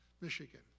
Michigan